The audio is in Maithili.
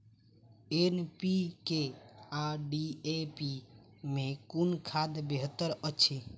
एन.पी.के आ डी.ए.पी मे कुन खाद बेहतर अछि?